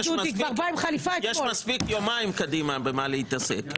יש מספיק יומיים קדימה במה להתעסק.